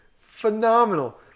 Phenomenal